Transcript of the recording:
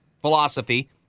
philosophy